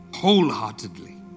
wholeheartedly